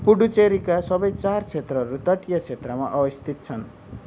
पुडुचेरीका सबै चार क्षेत्रहरू तटीय क्षेत्रमा अवस्थित छन्